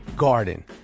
Garden